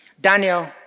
Daniel